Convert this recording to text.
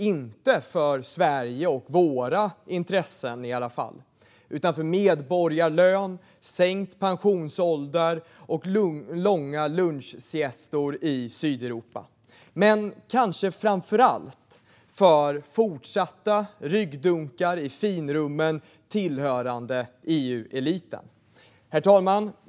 Inte för Sverige och våra intressen, utan för medborgarlön, sänkt pensionsålder och långa lunchsiestor i Sydeuropa. Men det är kanske framför allt för fortsatta ryggdunkar i finrummen tillhörande EU-eliten. Herr talman!